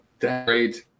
great